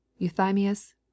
euthymius